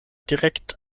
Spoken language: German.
direkt